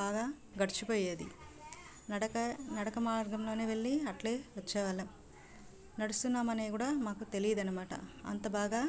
బాగా గడిచిపోయేది నడక నడక మార్గంలోనే వెళ్ళి అట్లే వచ్చే వాళ్ళం నడుస్తున్నామని కూడా మాకు తెలియదన్నమాట అంత బాగా